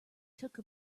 took